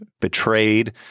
betrayed